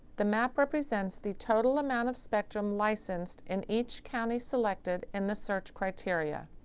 the map represents the total amount of spectrum licensed in each county selected in the search criteria.